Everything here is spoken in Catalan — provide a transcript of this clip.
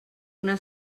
una